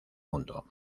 mundo